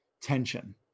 tension